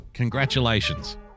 Congratulations